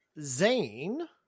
zane